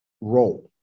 role